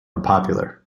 unpopular